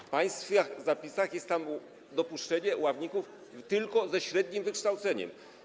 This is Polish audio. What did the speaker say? W państwa zapisach jest dopuszczenie ławników tylko ze średnim wykształceniem.